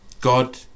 God